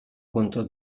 contro